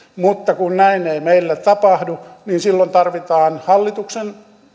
mutta kun näin ei meillä tapahdu niin silloin tarvitaan hallituksen